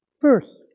First